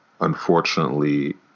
unfortunately